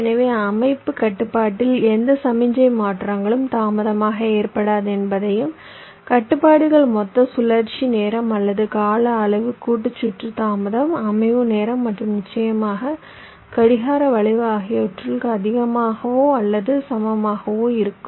எனவே அமைப்புக் கட்டுப்பாட்டில் எந்த சமிக்ஞை மாற்றங்களும் தாமதமாக ஏற்படாது என்பதையும் கட்டுப்பாடுகள் மொத்த சுழற்சி நேரம் அல்லது கால அளவு கூட்டு சுற்று தாமதம் அமைவு நேரம் மற்றும் நிச்சயமாக கடிகார வளைவு ஆகியவற்றுக்கு அதிகமாகவோ அல்லது சமமாகவோ இருக்கும்